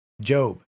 Job